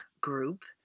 group